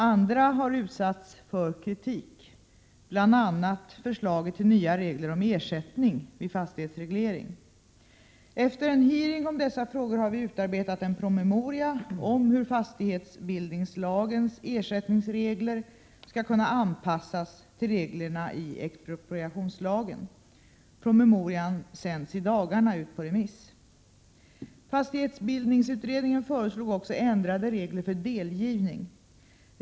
Andra har utsatts för kritik, bl.a. förslaget till nya regler om ersättning vid fastighetsreglering. Efter en hearing om dessa frågor har vi utarbetat en promemoria om hur fastighetsbildningslagens ersättningsregler skall kunna anpassas till reglerna i expropriationslagen. Promemorian sänds i dagarna ut på remiss. Fastighetsbildningsutredningen föreslog också ändrade regler för delgivning.